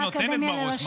מה זה נותנת בראש?